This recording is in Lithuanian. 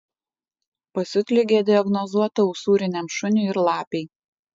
pasiutligė diagnozuota usūriniam šuniui ir lapei